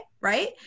right